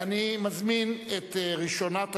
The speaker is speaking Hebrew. אני מזמין את ראשונת הדוברים,